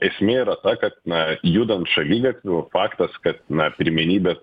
esmė yra ta kad na judant šaligatviu faktas kad na pirmenybė